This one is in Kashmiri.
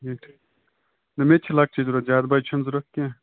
ٹھیٖک ٹھیٖک نہ مےٚ تہِ چھِ لَکچے ضوٚرَتھ زیادٕ بَجہِ چھ نہٕ ضوٚرتھ کینٛہہ